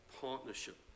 partnership